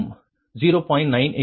98305 கோணம் மைனஸ் 1